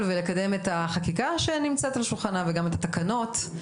ולקדם את החקיקה שנמצאת על שולחנה וגם את התקנות.